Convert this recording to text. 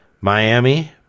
Miami